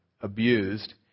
abused